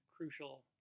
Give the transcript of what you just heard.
crucial